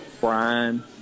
brian